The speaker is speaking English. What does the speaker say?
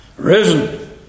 risen